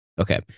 Okay